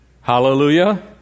Hallelujah